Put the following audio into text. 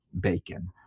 bacon